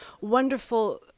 wonderful